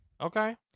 Okay